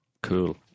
cool